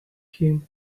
him